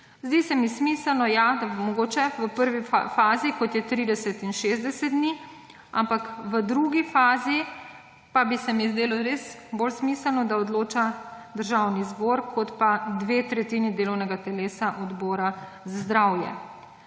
Zdi se mi smiselno, da mogoče v prvi fazi, ko je 30 in 60 dni, ampak v drugi fazi pa bi se mi zdelo res bolj smiselno, da odloča Državni zbor kot dve tretjini delovnega telesa, to je Odbora za zdravje.